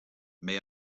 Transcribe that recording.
may